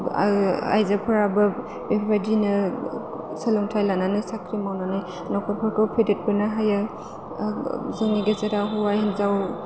आइजोफोराबो इफोरबायदिनो सोलोंथाइ लानानै साख्रि मावनानै न'खरफोरखौ फेदेरबोनो हायो जोंनि गेजेराव हौवा हिनजाव